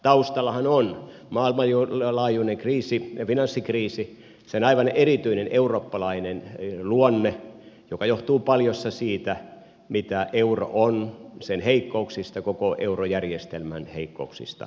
taustallahan on maailmanlaajuinen finanssikriisi sen aivan erityinen eurooppalainen luonne joka johtuu paljossa siitä mitä euro on sen heikkouksista koko eurojärjestelmän heikkouksista